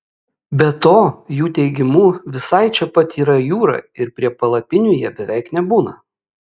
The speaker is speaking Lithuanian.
be to jų teigimu visai čia pat yra jūra ir prie palapinių jie beveik nebūna